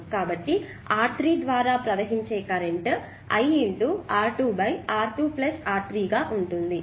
కాబట్టి R3 ద్వారా ప్రవహించే current I R2 R2 R3 ఉంటుంది